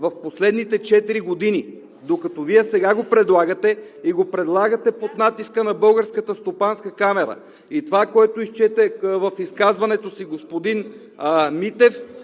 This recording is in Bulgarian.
в последните четири години, докато Вие сега го предлагате и го предлагате под натиска на Българската стопанска камара. И това, което изчете в изказването си господин Митев,